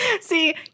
See